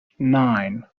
nine